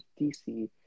DC